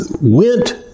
went